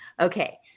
Okay